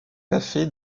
café